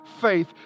faith